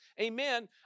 amen